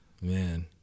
man